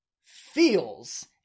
Feels